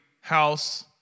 house